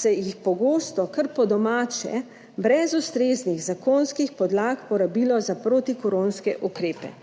se jih pogosto kar po domače, brez ustreznih zakonskih podlag porabilo za protikoronske ukrepe.